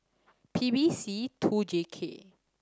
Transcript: P B C two J K